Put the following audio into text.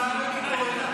באיזה עולם?